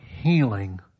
healing